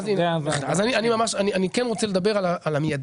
אז הנה, אני ממש, אני כן רוצה לדבר על המיידי.